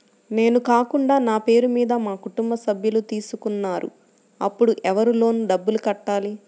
నేను కాకుండా నా పేరు మీద మా కుటుంబ సభ్యులు తీసుకున్నారు అప్పుడు ఎవరు లోన్ డబ్బులు కట్టాలి?